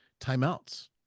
timeouts